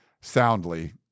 soundly